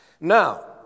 Now